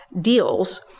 deals